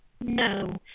No